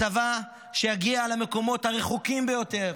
הצבא שיגיע למקומות הרחוקים ביותר,